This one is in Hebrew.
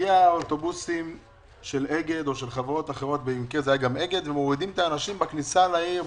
מגיע אוטובוס של אגד או של חברות אחרות ומוריד את האנשים בכניסה לעיר,